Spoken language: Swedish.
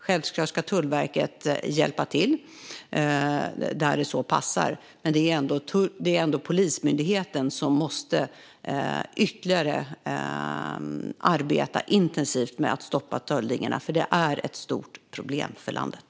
Självklart ska Tullverket hjälpa till där det så passar, men det är ändå Polismyndigheten som måste arbeta ännu mer intensivt med att stoppa stöldligorna, för dessa är ett stort problem för landet.